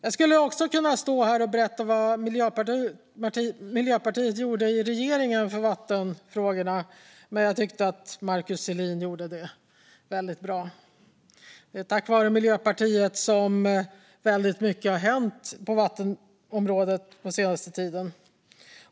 Jag skulle också kunna stå här och berätta vad Miljöpartiet gjorde i regeringen för vattenfrågorna, men jag tyckte att Markus Selin gjorde det på ett bra sätt. Det är tack vare Miljöpartiet som väldigt mycket har hänt på vattenområdet den senaste tiden.